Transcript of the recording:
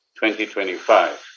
2025